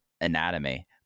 anatomy